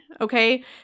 okay